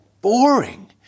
boring